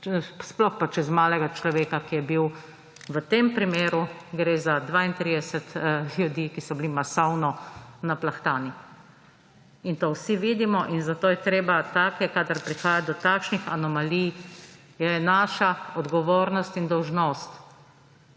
sploh pa čez malega človeka, ki je bil v tem primeru, gre za 32 tisoč ljudi, ki so bili masovno naplahtani. In to vsi vidimo in zato, kadar prihaja do takšnih anomalij, je naša odgovornost in dolžnost,